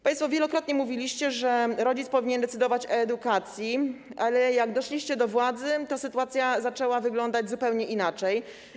Państwo wielokrotnie mówiliście, że rodzic powinien decydować o edukacji, ale jak doszliście do władzy, to sytuacja zaczęła wyglądać zupełnie inaczej.